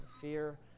Fear